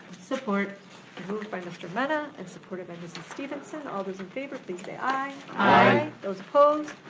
support. moved by mr. mena, and supported by mrs. stevenson. all those in favor please say aye. aye. those opposed?